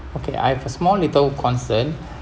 okay I have a small little concern